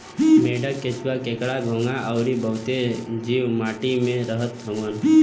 मेंढक, केंचुआ, केकड़ा, घोंघा अउरी बहुते जीव माटी में रहत हउवन